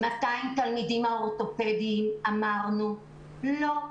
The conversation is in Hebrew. -- 200 תלמידים האורתופדיים אמרנו: לא,